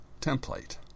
template